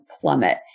plummet